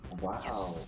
wow